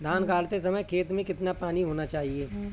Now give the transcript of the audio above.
धान गाड़ते समय खेत में कितना पानी होना चाहिए?